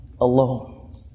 alone